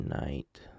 night